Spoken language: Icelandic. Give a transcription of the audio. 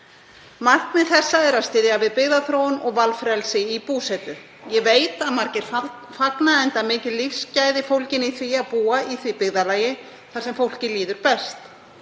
Markmið þessa er að styðja við byggðaþróun og valfrelsi í búsetu. Ég veit að margir fagna því enda mikil lífsgæði fólgin í því að búa í því byggðarlagi þar sem fólki líður best.